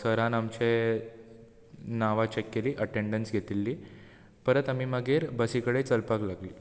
सरान आमचे नांवां चेक केलीं अटेंन्डन्स घेतिल्ली परत आमी मागीर बसीकडेन चलपाक लागलीं